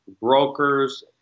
brokers